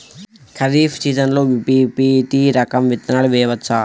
ఖరీఫ్ సీజన్లో బి.పీ.టీ రకం విత్తనాలు వేయవచ్చా?